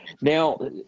Now